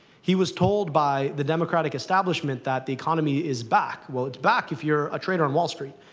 he was told by the democratic establishment that the economy is back. well, it's back if you're a trader on wall street.